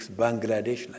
Bangladesh